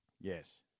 Yes